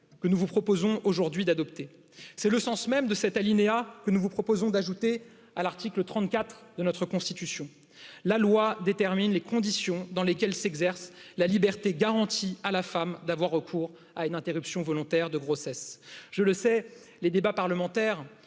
que nous vous proposons aujourd'hui d'adopter c'est le sens même de cet alinéa que nous vous proposons d'ajouter à l'article trente quatre de constitution la loi détermine les conditions dans lesquelles s'exerce la liberté garantie à la femme d'avoir à une interruption volontaire de grossesse je le sais les débats parlementaires